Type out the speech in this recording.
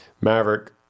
Maverick